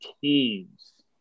teams